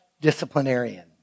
disciplinarian